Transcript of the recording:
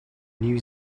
new